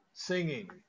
Singing